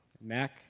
Mac